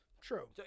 True